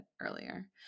earlier